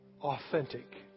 Authentic